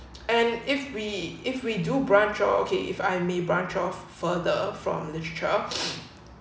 and if we if we do branch off okay if I may branch off further from the literature